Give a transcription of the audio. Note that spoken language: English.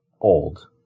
old